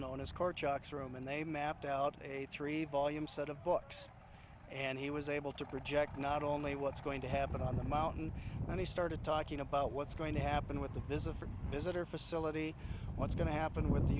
known as core chuck's room and they mapped out a three volume set of books and he was able to project not only what's going to happen on the mountain and he started talking about what's going to happen with the visitor visitor facility what's going to happen with the